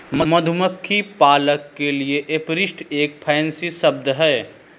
मधुमक्खी पालक के लिए एपीरिस्ट एक फैंसी शब्द है